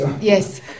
Yes